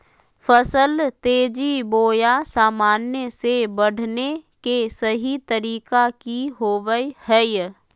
फसल तेजी बोया सामान्य से बढने के सहि तरीका कि होवय हैय?